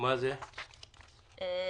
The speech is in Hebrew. מה זה פסקת משנה (ב)?